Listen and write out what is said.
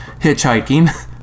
hitchhiking